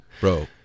Bro